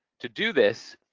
to do this,